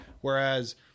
Whereas